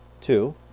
Two